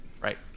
Right